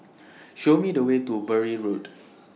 Show Me The Way to Bury Road